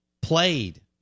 played